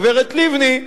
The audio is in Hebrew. הגברת לבני,